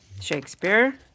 Shakespeare